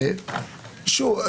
שוב,